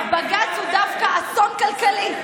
בג"ץ הוא דווקא אסון כלכלי.